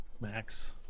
max